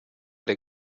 der